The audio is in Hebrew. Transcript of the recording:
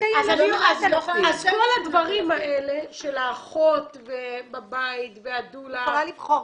אז כל הדברים האלה של האחות בבית והדולה --- היא יכולה לבחור.